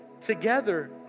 together